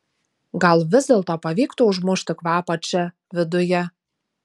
gal vis dėlto pavyktų užmušti kvapą čia viduje